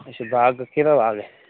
अच्छा बाग कैह्दा बाग